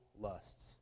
lusts